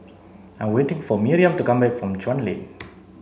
I'm waiting for Miriam to come back from Chuan Lane